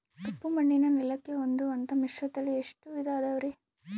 ಕಪ್ಪುಮಣ್ಣಿನ ನೆಲಕ್ಕೆ ಹೊಂದುವಂಥ ಮಿಶ್ರತಳಿ ಎಷ್ಟು ವಿಧ ಅದವರಿ?